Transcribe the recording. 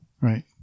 Right